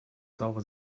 saure